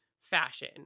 fashion